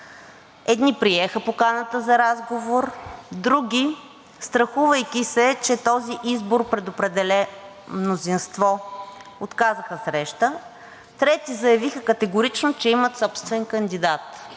Едни приеха поканата за разговор, други, страхувайки се, че този избор предопределя мнозинство, отказаха среща, трети заявиха категорично, че имат собствен кандидат,